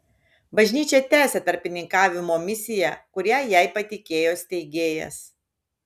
bažnyčia tęsia tarpininkavimo misiją kurią jai patikėjo steigėjas